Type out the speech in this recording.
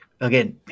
Again